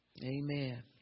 Amen